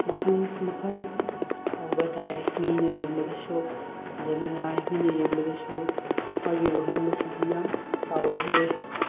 ꯃꯈꯟ ꯃꯈꯟ ꯇꯧꯕ ꯇꯥꯏ ꯃꯤꯅ ꯌꯦꯡꯕꯗꯁꯨ ꯐꯖꯅꯉꯥꯏ ꯃꯤꯅ ꯌꯦꯡꯕꯗꯁꯨ ꯃꯥꯒꯤ ꯂꯨꯍꯣꯡꯕꯁꯤꯗꯤ ꯌꯥꯝ ꯆꯥꯎꯋꯤꯍꯦ